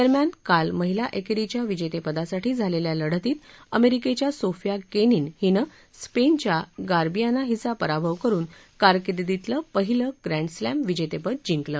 दरम्यान काल महिला एकेरीच्या विजेते पदासाठी झालेल्या लढतीत अमेरिकेच्या सोफिया केनिन हीनं स्पेनच्यागार्बिन्या मुगुरुझा हिचा पराभव करून कारकिर्दीतीलं पहिलं प्रँडस्लॅम विजेतेपदजिंकलं